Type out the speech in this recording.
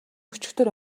өчигдөр